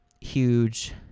huge